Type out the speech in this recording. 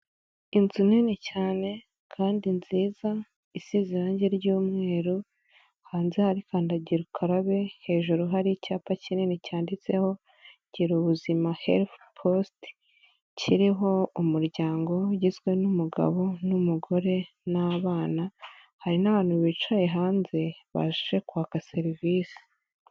Inzu nini cyane kandi nziza isize irangi ry'umweru hanze hari kandagira ukarabe hejuru hari icyapa kinini cyanditseho gira ubuzima herifu positi kiriho umuryango ugizwe n'umugabo n'umugore n'abana hari n'abantu bicaye hanze baje kwaka serivisi.